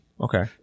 Okay